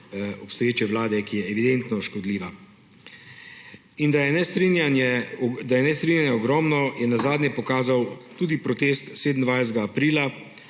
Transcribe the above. obstoječe vlade, ki je evidentno škodljiva. In da je nestrinjanje ogromno, je nazadnje pokazal tudi protest 27. aprila